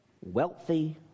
wealthy